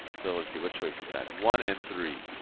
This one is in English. so let's see, what choice is that? one and three.